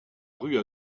rue